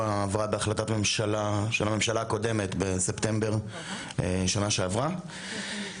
עברה בהחלטת מממשלה של הממשלה הקודמת בספטמבר שנה שעברה.